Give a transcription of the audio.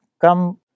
come